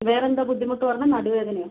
വേറെ എന്താ ബുദ്ധിമുട്ട് പറഞ്ഞത് നടുവേദനയോ